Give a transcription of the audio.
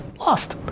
lost,